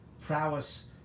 prowess